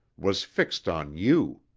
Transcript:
was fixed on you.